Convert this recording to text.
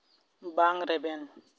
ᱵᱟᱝ ᱨᱮᱵᱮᱱ